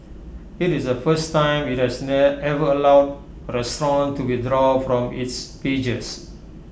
IT is the first time IT has ever allowed A restaurant to withdraw from its pages